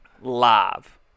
live